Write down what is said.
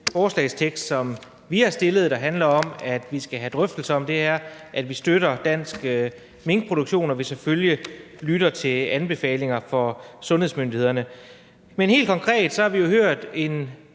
vedtagelse, som vi har stillet, der handler om, at vi skal have drøftelser af det her, at vi støtter dansk minkproduktion, og at vi selvfølgelig lytter til anbefalinger fra sundhedsmyndighederne. Helt konkret har vi jo hørt en